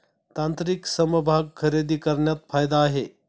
तांत्रिक समभाग खरेदी करण्यात फायदा आहे